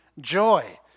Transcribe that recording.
joy